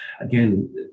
again